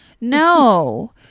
No